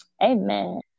amen